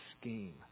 scheme